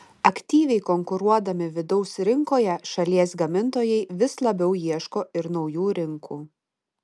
aktyviai konkuruodami vidaus rinkoje šalies gamintojai vis labiau ieško ir naujų rinkų